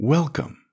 Welcome